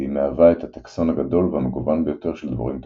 והיא מהווה את הטקסון הגדול והמגוון ביותר של דבורים טפיליות.